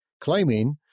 claiming